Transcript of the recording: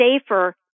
safer